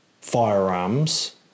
firearms